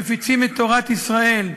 מפיצים את תורת ישראל,